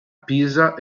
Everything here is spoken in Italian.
pisa